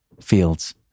Fields